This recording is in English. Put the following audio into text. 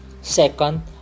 Second